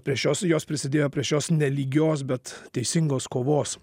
prie šios jos prisidėjo prie šios nelygios bet teisingos kovos